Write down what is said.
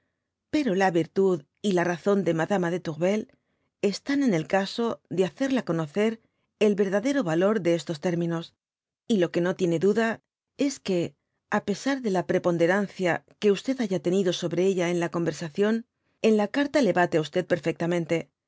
pero la virtud y la razón de madama de tourvcl están en el caso de hacerla conocer el verdadero valor de estos términos j y lo que no tiene duda es quc á pesar de la prcpondcrencia que haya tenido sobre ella en la conversación en la carta le bate á d perfectamente